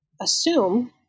assume